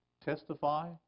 testify